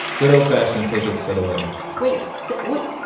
good old-fashioned tickets for the wedding wait so what?